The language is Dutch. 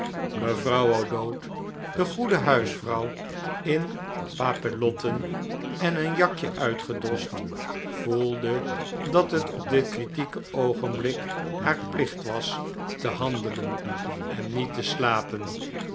mevrouw o'dowd de goede huisvrouw in papillotten en een jakje uitgedost voelde dat het op dit kritieke oogenblik haar plicht was te haridelen en niet te slapen